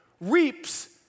reaps